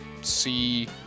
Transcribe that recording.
see